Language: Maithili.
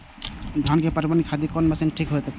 धान के पटवन के खातिर कोन मशीन ठीक रहते?